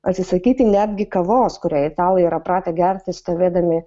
atsisakyti netgi kavos kurią italai yra pratę gerti stovėdami